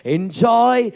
Enjoy